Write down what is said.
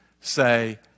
say